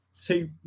Two